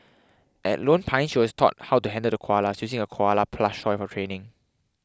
at Lone Pine she was taught how to handle the koalas using a koala plush toy for training